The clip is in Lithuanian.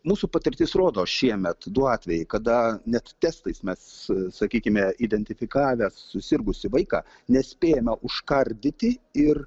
mūsų patirtis rodo šiemet du atvejai kada net testais mes sakykime identifikavę susirgusį vaiką nespėjome užkardyti ir